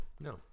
No